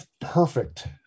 perfect